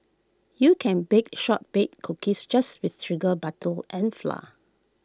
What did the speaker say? you can bake short bake cookies just with sugar butter and flour